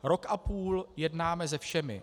Rok a půl jednáme se všemi.